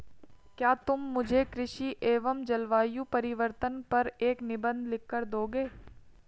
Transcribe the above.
क्या तुम मुझे कृषि एवं जलवायु परिवर्तन पर एक निबंध लिखकर दोगे?